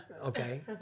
Okay